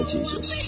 Jesus